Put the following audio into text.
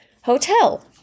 hotel